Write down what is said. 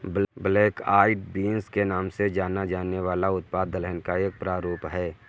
black eyed beans के नाम से जाना जाने वाला उत्पाद दलहन का एक प्रारूप है